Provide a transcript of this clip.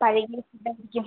പഴകിയ ഫുഡായിരിക്കും